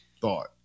thought